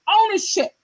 ownership